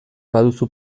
baduzu